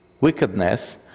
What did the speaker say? wickedness